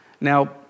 Now